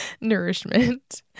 nourishment